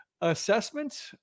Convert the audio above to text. assessment